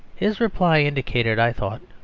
his reply indicated, i thought,